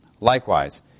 Likewise